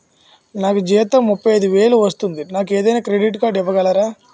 నాకు జీతం ముప్పై ఐదు వేలు వస్తుంది నాకు ఏదైనా క్రెడిట్ కార్డ్ ఇవ్వగలరా?